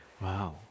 wow